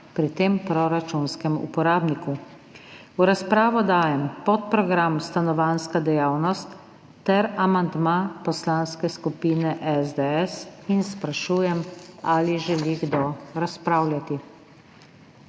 pri tem proračunskem uporabniku. V razpravo dajem podprogram Stanovanjska dejavnost ter amandma Poslanske skupine SDS in sprašujem, ali želi kdo razpravljati.